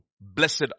Blessed